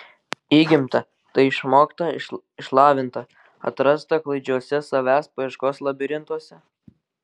įgimta tai išmokta išlavinta atrasta klaidžiuose savęs paieškos labirintuose